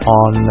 on